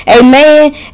amen